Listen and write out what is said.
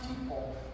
people